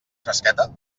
fresqueta